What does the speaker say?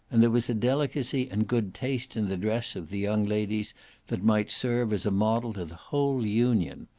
and there was a delicacy and good taste in the dress of the young ladies that might serve as a model to the whole union.